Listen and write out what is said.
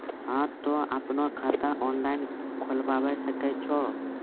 हाँ तोय आपनो खाता ऑनलाइन खोलावे सकै छौ?